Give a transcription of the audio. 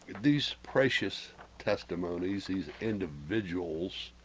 these precious testimonies these individuals